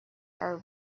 are